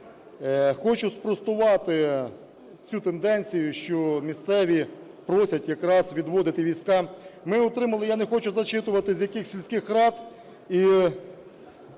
хочу спростувати цю тенденцію, що місцеві просять якраз відводити війська. Ми отримували, я не хочу зачитувати, з яких сільських рад